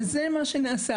וזה מה שנעשה.